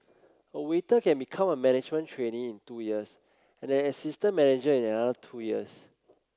a waiter can become a management trainee in two years and an assistant manager in another two years